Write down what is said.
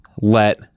let